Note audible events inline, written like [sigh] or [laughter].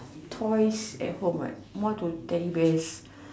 toys [noise] at home right more to Teddies bears